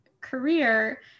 career